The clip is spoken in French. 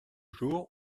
jours